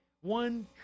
one